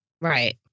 Right